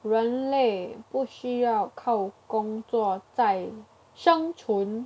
人类不需要靠工作在生存